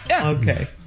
Okay